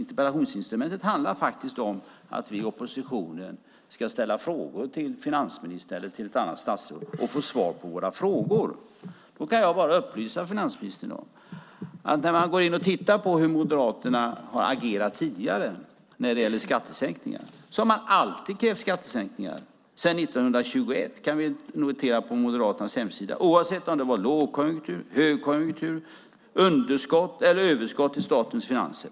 Interpellationsinstrumentet handlar faktiskt om att vi i oppositionen ska ställa frågor till finansministern eller till ett annat statsråd och få svar på våra frågor. Då kan jag bara upplysa finansministern om en sak. Man kan gå in och titta på hur Moderaterna har agerat tidigare när det gäller skattesänkningar. Sedan 1921 har man alltid krävt skattesänkningar. Det kan vi se på Moderaternas hemsida. Detta gäller oavsett om det är lågkonjunktur eller högkonjunktur eller underskott eller överskott i statens finanser.